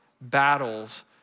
battles